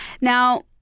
Now